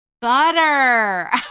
butter